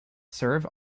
serve